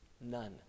None